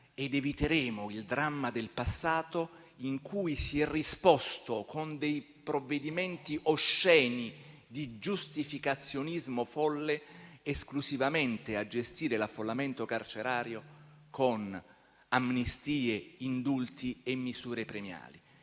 Eviteremo poi il dramma del passato, in cui si è risposto con dei provvedimenti osceni di giustificazionismo folle, esclusivamente volti a gestire l'affollamento carcerario con amnistie, indulti e misure premiali.